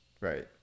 right